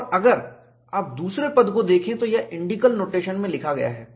और अगर आप दूसरे पद को देखें तो यह इंडिकल नोटेशन में लिखा गया है